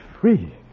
free